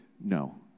No